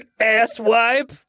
asswipe